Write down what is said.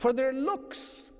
for their looks